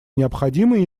необходимой